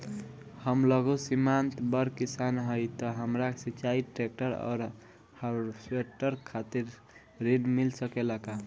हम लघु सीमांत बड़ किसान हईं त हमरा सिंचाई ट्रेक्टर और हार्वेस्टर खातिर ऋण मिल सकेला का?